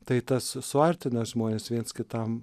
tai tas suartina žmones viens kitam